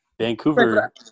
Vancouver